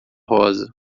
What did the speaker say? rosa